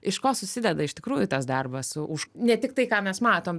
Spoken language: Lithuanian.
iš ko susideda iš tikrųjų tas darbas už ne tik tai ką mes matom